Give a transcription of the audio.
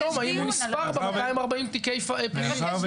האם הם נספרים ב-240 תיקי הפס"ד?